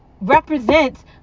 represents